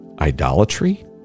idolatry